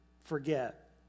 forget